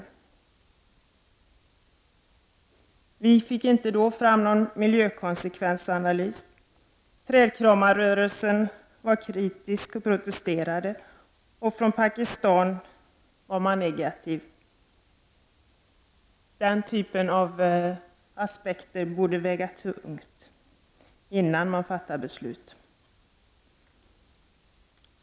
Det gick inte då att få fram en miljökonsekvensanalys. Trädkramarrörelsen protesterade, och i Pakistan var man negativ. Sådana aspekter borde ha vägt mycket tungt innan beslut fattades.